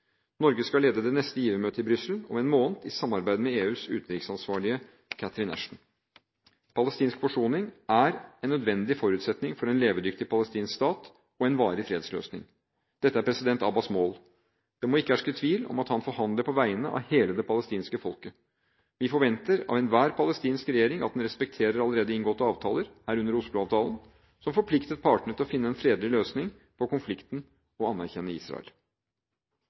Norge skal lede det neste givermøtet i Brussel om en måned i samarbeid med EUs utenriksansvarlige Catherine Ashton. Palestinsk forsoning er en nødvendig forutsetning for en levedyktig palestinsk stat og en varig fredsløsning. Dette er president Abbas' mål. Det må ikke herske tvil om at han forhandler på vegne av hele det palestinske folket. Vi forventer av enhver palestinsk regjering at den respekterer allerede inngåtte avtaler, herunder Oslo-avtalen, som forpliktet partene til å finne en fredelig løsning på konflikten og anerkjenne Israel.